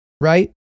right